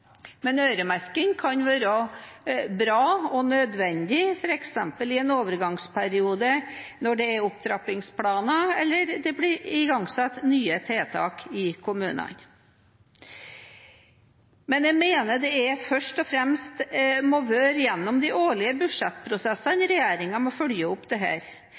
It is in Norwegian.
Men øremerking kan være bra og nødvendig, f.eks. i en overgangsperiode når det er opptrappingsplaner, eller når det blir igangsatt nye tiltak i kommunene. Men jeg mener det først og fremst må være gjennom de årlige budsjettprosessene regjeringen må følge opp dette. På det